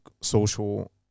social